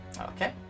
Okay